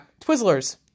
Twizzlers